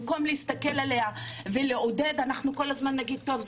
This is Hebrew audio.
במקום להסתכל עליה ולעודד אנחנו כל הזמן נגיד: טוב,